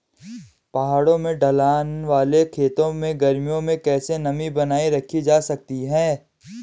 पहाड़ों में ढलान वाले खेतों में गर्मियों में कैसे नमी बनायी रखी जा सकती है?